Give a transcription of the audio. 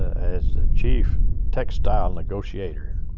as the chief textile negotiator.